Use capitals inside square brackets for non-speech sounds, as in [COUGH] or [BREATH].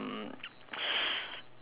[BREATH]